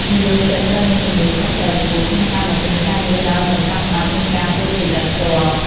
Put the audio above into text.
និយោជិតត្រូវមានទំនួលខុសត្រូវខ្ពស់ក្នុងការបំពេញការងារដោយមិនចាំបាច់មានការត្រួតពិនិត្យផ្ទាល់។